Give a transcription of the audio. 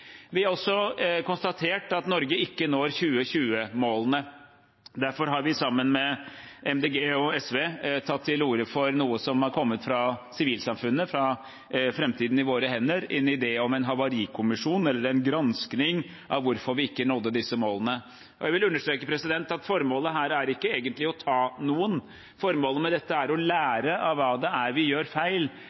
Vi har også konstatert at Norge ikke når 2020-målene. Derfor har vi sammen med Miljøpartiet De Grønne og SV tatt til orde for noe som er kommet fra sivilsamfunnet, fra Framtiden i våre hender, nemlig en idé om en havarikommisjon, eller en granskning av hvorfor vi ikke nådde disse målene. Jeg vil understreke at formålet her ikke egentlig er å ta noen, formålet med dette er å lære av hva vi gjør feil